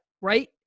right